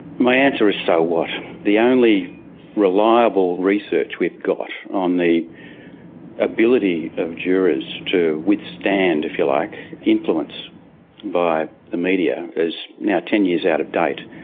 my answer is so what? the only reliable research we've got on the ability of jurors to withstand, if you like, influence by the media, is now ten years out of date.